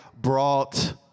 brought